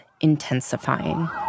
intensifying